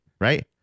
right